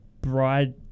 bride